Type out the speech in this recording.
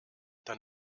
dann